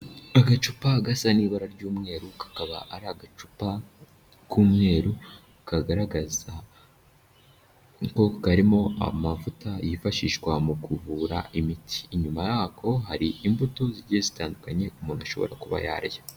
Agacupa gasa n'ibara ry'umweru kakaba ari agacupa k'umweru kagaragaza ko karimo amavuta yifashishwa mu kuvura imitsi. Inyuma yako hari imbuto zigiye zitandukanye umuntu ashobora kuba yarya.